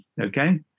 Okay